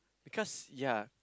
because ya